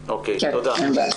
תודה.